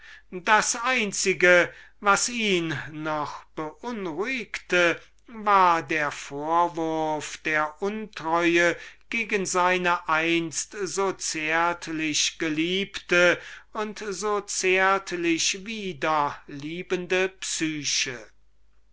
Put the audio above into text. das einzige was ihn noch beunruhigte war der vorwurf der untreue gegen seine einst so zärtlich geliebte und so zärtlich wieder liebende psyche